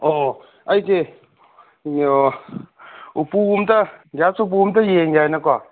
ꯑꯣ ꯑꯩꯖꯦ ꯎꯄꯨ ꯑꯝꯇ ꯒ꯭ꯌꯥꯁ ꯎꯄꯨ ꯑꯝꯇ ꯌꯦꯡꯒꯦ ꯍꯥꯏꯅꯀꯣ